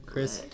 Chris